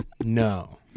no